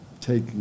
take